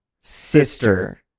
sister